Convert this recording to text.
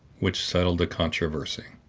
which settled the controversy.